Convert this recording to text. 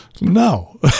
No